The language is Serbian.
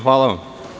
Hvala vam.